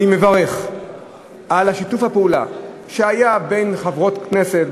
אני מברך על שיתוף הפעולה שהיה בין חברות כנסת,